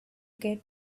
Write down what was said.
get